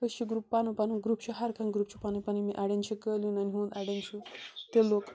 وونۍ چھِ یہِ گرُپ پَنُن پَنُن گرُپ چھُ ہَر کانٛہہ گرُپ چھُ پَنٕنۍ پَنٕنۍ اَڑٮ۪ن چھِ قٲلیٖنَن ہُنٛد اَڑٮ۪ن چھُ تِلُک